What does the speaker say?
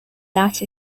that